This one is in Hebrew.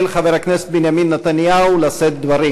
חבר הכנסת בנימין נתניהו לשאת דברים.